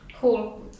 cool